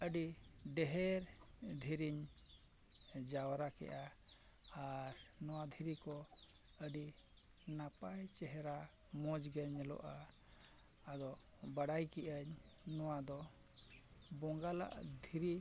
ᱟᱹᱰᱤ ᱰᱷᱮᱹᱨ ᱫᱷᱤᱨᱤᱧ ᱡᱟᱣᱨᱟ ᱠᱮᱜᱼᱟ ᱟᱨ ᱱᱚᱣᱟ ᱫᱷᱤᱨᱤ ᱠᱚ ᱟᱹᱰᱤ ᱱᱟᱯᱟᱭ ᱪᱮᱦᱨᱟ ᱢᱚᱡᱽ ᱜᱮ ᱧᱮᱞᱚᱜᱼᱟ ᱟᱫᱚ ᱵᱟᱲᱟᱭ ᱠᱮᱜ ᱟᱹᱧ ᱱᱚᱣᱟ ᱫᱚ ᱵᱚᱸᱜᱟ ᱫᱷᱤᱨᱤ